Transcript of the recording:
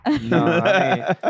No